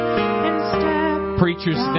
Preachers